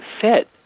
fit